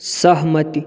सहमति